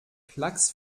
klacks